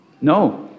No